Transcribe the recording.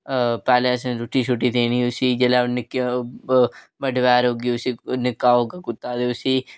पैह्लें रुट्टी देनी उसी जेल्लै ओह् बड्डे पैह्र निक्का होग कुत्ता उसी